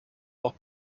auch